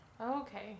Okay